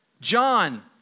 John